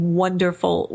wonderful